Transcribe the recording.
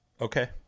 Okay